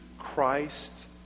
Christ